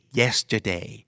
yesterday